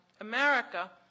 America